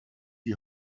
die